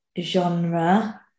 genre